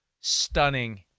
stunning